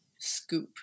scoop